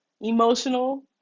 emotional